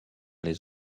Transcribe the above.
les